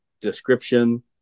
description